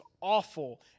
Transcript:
awful